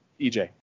EJ